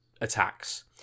attacks